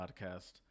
podcast